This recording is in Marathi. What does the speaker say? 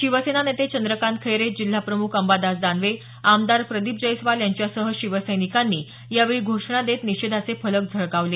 शिवसेना नेते चंद्रकातं खैरे जिल्हाप्रमुख अंबादास दानवे आमदार प्रदीप जैस्वाल यांच्यासह शिवसैनिकांनी यावेळी घोषणा देत निषेधाचे फलक झळकावले